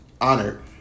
honored